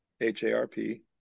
H-A-R-P